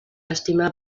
estimar